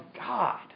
God